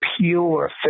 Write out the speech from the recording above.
pure